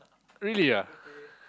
really ah